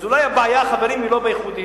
אז אולי הבעיה, חברים, היא לא באיחודים?